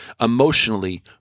emotionally